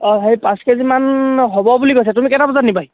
অঁ হেৰি পাঁচ কেজিমান হ'ব বুলি কৈছে তুমি কেইটা বজাত নিবাহি